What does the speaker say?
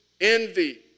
envy